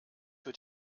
wird